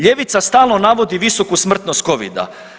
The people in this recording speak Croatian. Ljevica stalno navodi visoku smrtnost covida.